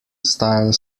style